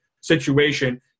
situation